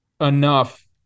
enough